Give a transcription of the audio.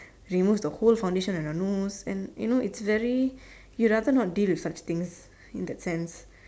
remove the whole foundation and your nose and you know it's very you rather not deal with such things in that sense